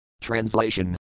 Translation